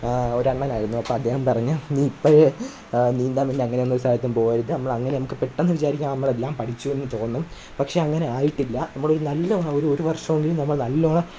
ഒരു അണ്ണനായിരുന്നു അപ്പം അദ്ദേഹം പറഞ്ഞു നീ ഇപ്പോഴേ നീന്താമെന്ന് അങ്ങനെയൊന്നും ഒരു സ്ഥലത്തും പോവരുത് നമ്മൾ അങ്ങനെ നമുക്ക് പെട്ടന്ന് വിചാരിക്കുക നമ്മളെല്ലാം പഠിച്ചുവെന്ന് തോന്നും പക്ഷെ അങ്ങനെ ആയിട്ടില്ല നമ്മൾ ഒരു നല്ലോണം ഒരു ഒരു വര്ഷമെങ്കിലും നമ്മൾ നല്ലോണം